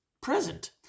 present